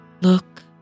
look